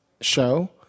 Show